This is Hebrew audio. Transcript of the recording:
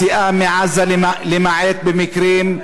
יש איסור יציאה מעזה למעט במקרים,